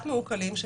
אבל זאת השאלה.